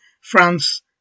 France